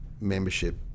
membership